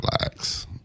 relax